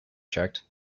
checked